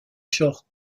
genres